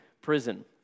prison